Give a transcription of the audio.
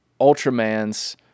Ultramans